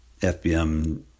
FBM